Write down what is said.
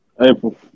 April